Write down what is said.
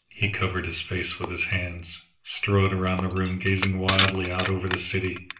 he covered his face with his hands, strode around the room, gazing wildly out over the city,